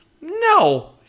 no